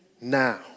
now